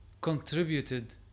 contributed